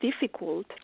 difficult